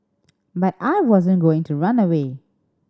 but I wasn't going to run away